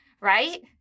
Right